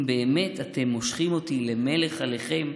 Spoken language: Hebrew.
אם באמת אתם משחים אתי למלך עליכם,